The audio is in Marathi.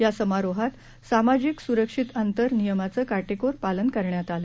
या समारोहात सामाजिक सुरक्षित अंतर नियमाचं कार्किोर पालन करण्यात आलं